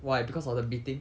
why because of the beating